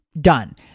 done